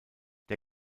der